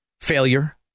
Failure